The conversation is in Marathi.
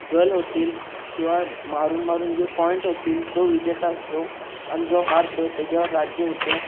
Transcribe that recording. गल होतील किंवा मारूनमारून जे पॉइंट होतील तो विजेता असतो आणि जो हारतो त्याच्यावर राज्य येतं